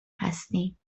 هستیم